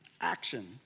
Action